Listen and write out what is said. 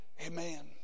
Amen